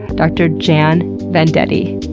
dr. jann vendetti.